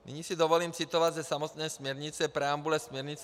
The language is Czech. Nyní si dovolím citovat ze samotné preambule směrnice.